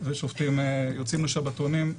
ושופטים יוצאים לשבתונים.